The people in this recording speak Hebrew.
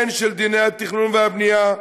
הן של דיני התכנון והבנייה,